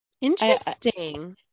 Interesting